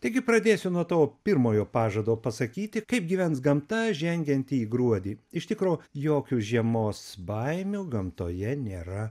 taigi pradėsiu nuo to pirmojo pažado pasakyti kaip gyvens gamta žengianti į gruodį iš tikro jokių žiemos baimių gamtoje nėra